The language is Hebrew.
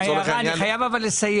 אני חייב אבל לסיים.